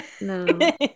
no